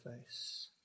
face